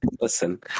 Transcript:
Listen